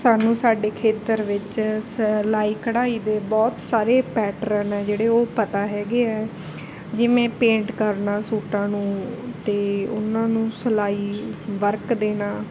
ਸਾਨੂੰ ਸਾਡੇ ਖੇਤਰ ਵਿੱਚ ਸਲਾਈ ਕਢਾਈ ਦੇ ਬਹੁਤ ਸਾਰੇ ਪੈਟਰਨ ਆ ਜਿਹੜੇ ਉਹ ਪਤਾ ਹੈਗੇ ਆ ਜਿਵੇਂ ਪੇਂਟ ਕਰਨਾ ਸੂਟਾਂ ਨੂੰ ਅਤੇ ਉਹਨਾਂ ਨੂੰ ਸਿਲਾਈ ਵਰਕ ਦੇਣਾ